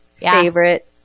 favorite